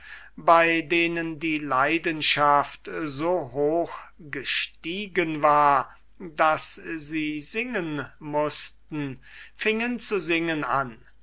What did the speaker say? bei denen die leidenschaft so hoch gestiegen war daß sie singen mußten fingen zu singen an